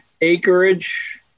Acreage